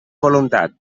voluntat